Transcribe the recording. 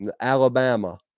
Alabama